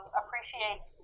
appreciate